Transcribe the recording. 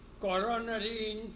coronary